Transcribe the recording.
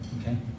Okay